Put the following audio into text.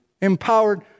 empowered